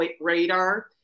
radar